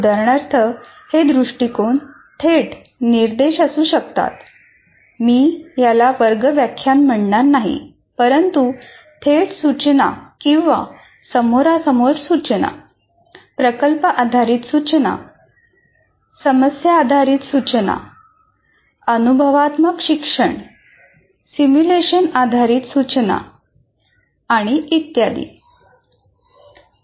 उदाहरणार्थ हे दृष्टिकोन थेट निर्देश असू शकतात प्रकल्प आधारित सूचना समस्या आधारित सूचना अनुभवात्मक शिक्षण सिम्युलेशन आधारित सूचना आणि तत्सम